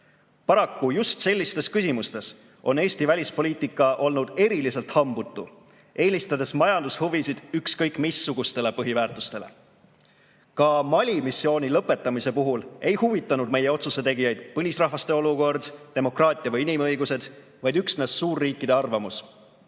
Paraku just sellistes küsimustes on Eesti välispoliitika olnud eriliselt hambutu, eelistades majandushuvisid ükskõik missugustele põhiväärtustele. Ka Mali missiooni lõpetamise puhul ei huvitanud meie otsusetegijaid põlisrahvaste olukord, demokraatia või inimõigused, vaid üksnes suurriikide arvamus. Kahjuks